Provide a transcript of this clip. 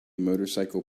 motorcycle